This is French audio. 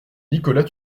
nicolas